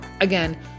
again